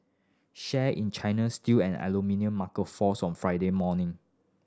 share in China's steel and aluminium marker fells on Friday morning